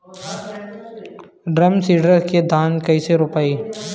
Drum seeder से धान कैसे रोपाई?